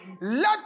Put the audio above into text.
let